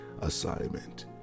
assignment